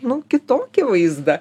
nu kitokį vaizdą